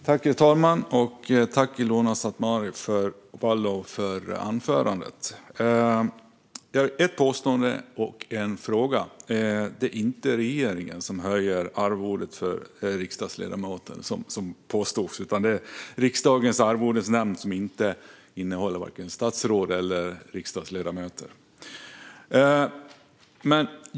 Herr talman! Tack, Ilona Szatmári Waldau, för anförandet! Jag har ett påstående och en fråga. Det är inte regeringen som höjer arvodet för riksdagsledamöterna, som påstods här. Det är Riksdagens arvodesnämnd, som inte innehåller vare sig statsråd eller riksdagsledamöter.